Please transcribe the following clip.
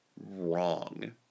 wrong